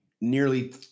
nearly